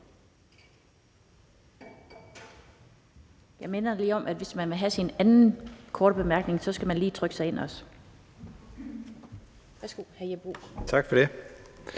Jeg minder også lige om, at hvis man vil have sin anden korte bemærkning, skal man også trykke sig ind. Værsgo, hr. Jeppe Bruus.